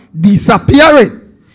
Disappearing